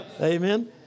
Amen